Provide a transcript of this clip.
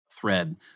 thread